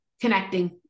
connecting